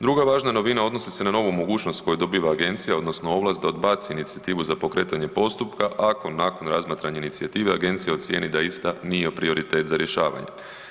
Druga važna novina odnosi se na novu mogućnost koju dobiva Agencija odnosno ovlast da odbaci inicijativu za pokretanje postupka ako razmatrane inicijative Agencija ocijeni da ista nije prioritet za rješavanje.